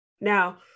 Now